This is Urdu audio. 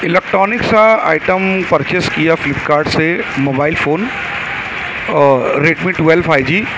الیکٹرانکس آئٹم پرچیس کیا فلپکارٹ سے موبائل فون اور ریڈمی ٹویل فائیو جی